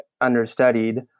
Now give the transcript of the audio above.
understudied